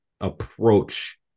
approach